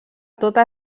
tota